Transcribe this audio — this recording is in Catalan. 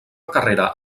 carrera